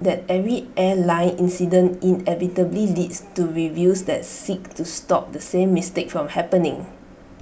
that every airline incident inevitably leads to reviews that seek to stop the same mistake from happening